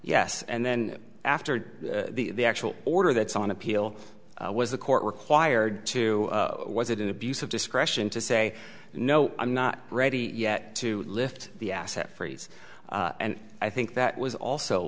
yes and then after the actual order that's on appeal was the court required to was it an abuse of discretion to say no i'm not ready yet to lift the asset freeze and i think that was also